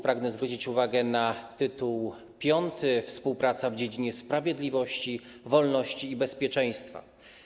Pragnę zwrócić uwagę na tytuł V: Współpraca w dziedzinie sprawiedliwości, wolności i bezpieczeństwa.